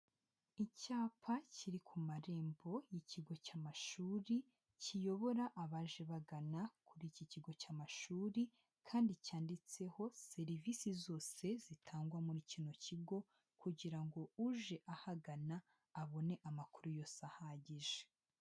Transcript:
Icyapa kiri ku marembo y'ikigo cy'amashuri, kiyobora abaje bagana kuri iki kigo cy'amashuri, kandi cyanditseho serivisi zose zitangwa muri kino kigo kugira ngo uje ahagana abone amakuru yose ahagije.